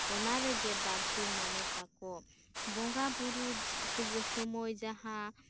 ᱚᱱᱟᱨᱮᱜᱮ ᱵᱟᱹᱲᱛᱤ ᱢᱚᱱᱮ ᱛᱟᱠᱚ ᱵᱚᱸᱜᱟ ᱵᱩᱨᱩ ᱥᱳᱢᱳᱭ